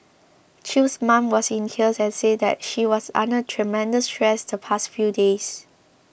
Chew's mom was in tears and said that she was under tremendous stress the past few days